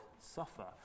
suffer